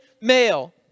male